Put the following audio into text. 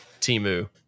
Timu